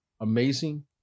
amazing